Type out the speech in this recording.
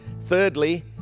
thirdly